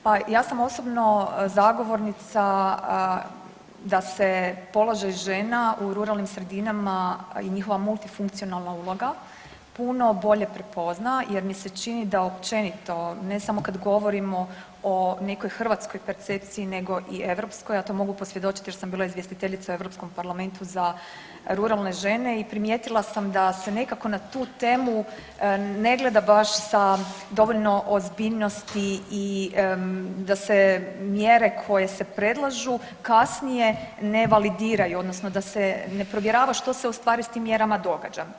Pa ja sam osobno zagovornica da se položaj žena u ruralnim sredinama i njihova multifunkcionalna uloga puno bolje prepozna, jer mi se čini da općenito, ne samo kad govorimo o nekoj hrvatskoj percepciji, nego i europskoj a to mogu posvjedočiti jer sam bila izvjestiteljica u Europskom parlamentu za ruralne žene i primijetila sam da se nekako na tu temu ne gleda baš sa dovoljno ozbiljnosti i da se mjere koje se predlažu kasnije ne validiraju, odnosno da se ne provjerava što se u stvari sa tim mjerama događa.